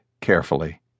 carefully